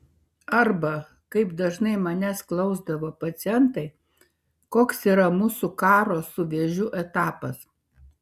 arba kaip dažnai manęs klausdavo pacientai koks yra mūsų karo su vėžiu etapas